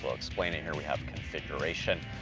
well explain it here we have configuration.